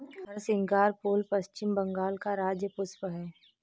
हरसिंगार फूल पश्चिम बंगाल का राज्य पुष्प है